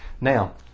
now